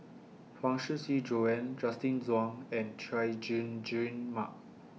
Huang Shiqi Joan Justin Zhuang and Chay Jung Jun Mark